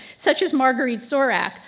such as marguerite zorach,